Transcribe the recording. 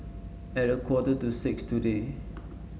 at a quarter to six today